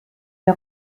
der